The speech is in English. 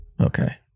okay